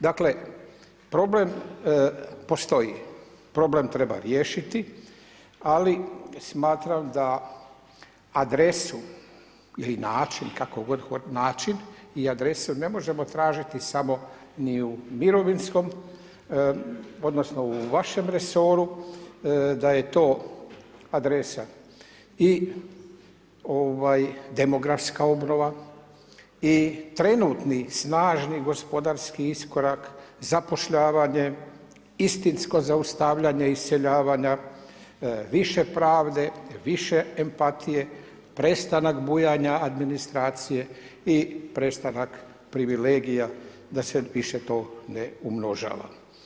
Dakle, problem postoji, problem treba riješiti, ali smatram da adresu ili način, kako god, nači i adresu, ne možemo tražiti samo ni u mirovinskom, odnosno, u vašem resoru, da je to adresa i demografska obnova i trenutni snažni gospodarski iskorak zapošljavanje, istinsku zaustavljanje, iseljavanja više pravde, više empatije, prestanak bujanja administracije i prestanak privilegija, da se više to ne umnožava.